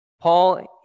Paul